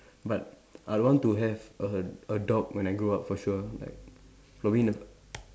but I want to have a a dog when I grow up for sure like probably in the